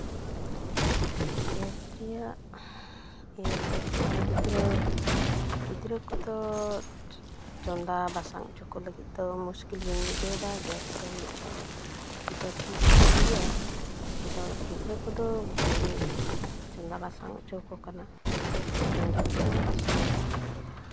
gas ᱨᱮᱭᱟᱜ ᱤᱭᱟᱹ ᱫᱚ ᱢᱟᱱᱮ ᱜᱤᱫᱽᱟᱹ ᱜᱤᱫᱽᱨᱟᱹ ᱠᱚᱫᱚ ᱪᱚᱸᱫᱟ ᱵᱟᱥᱟᱝ ᱦᱚᱪᱚ ᱠᱚ ᱞᱟᱹᱜᱤᱫ ᱫᱚ ᱢᱩᱥᱠᱤᱞ ᱜᱤᱧ ᱵᱩᱡᱷᱟᱹᱣᱫᱟ ᱜᱮᱥ ᱫᱚ ᱢᱤᱫ ᱫᱚ ᱴᱷᱤᱠ ᱫᱚ ᱴᱷᱤᱠ ᱠᱟᱱ ᱜᱮᱭᱟ ᱟᱫᱚ ᱜᱤᱫᱽᱨᱟᱹ ᱠᱚᱫᱚ ᱵᱟᱹᱧ ᱪᱚᱸᱫᱟ ᱵᱟᱥᱟᱝ ᱦᱚᱪᱚ ᱠᱚ ᱠᱟᱱᱟ ᱤᱧ ᱜᱤᱧ ᱪᱚᱸᱫᱟ ᱵᱟᱥᱟᱝᱮᱫᱟ